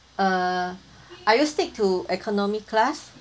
uh are you stick to economy class